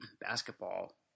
basketball